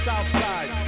Southside